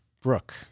Brooke